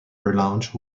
relaunch